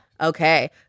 Okay